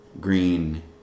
green